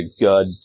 good